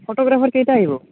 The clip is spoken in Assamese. ফট'গ্ৰাফাৰ কেইটা আহিব